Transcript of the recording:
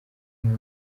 umwe